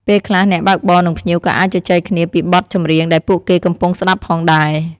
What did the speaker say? ពេលខ្លះ អ្នកបើកបរនិងភ្ញៀវក៏អាចជជែកគ្នាពីបទចម្រៀងដែលពួកគេកំពុងស្តាប់ផងដែរ។